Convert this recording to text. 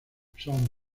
son